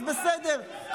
אז בסדר,